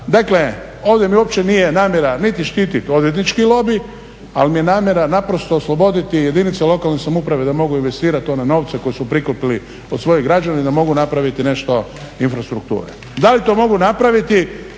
Dakle ovdje mi uopće nije namjera niti štitit odvjetnički lobi, ali mi je namjera naprosto osloboditi jedinice lokalne samouprave da mogu investirat one novce koje su prikupili od svojih građana i da mogu napraviti nešto infrastrukture. Da li to mogu napraviti